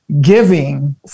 giving